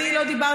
אני לא דיברתי,